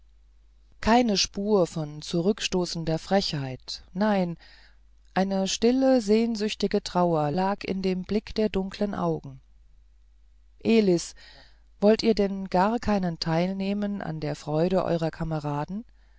keine spur von zurückstoßender frechheit nein eine stille sehnsüchtige trauer lag in dem blick der dunkeln augen elis wollt ihr denn gar keinen teil nehmen an der freude eurer kameraden